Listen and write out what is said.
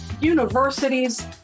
universities